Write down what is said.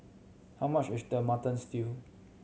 how much is the Mutton Stew